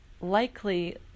likely